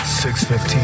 6.15